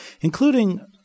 including